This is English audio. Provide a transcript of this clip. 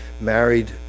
married